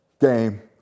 Game